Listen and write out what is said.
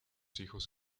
hijos